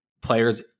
Players